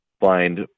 find